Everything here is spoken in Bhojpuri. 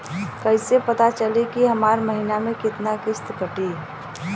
कईसे पता चली की हमार महीना में कितना किस्त कटी?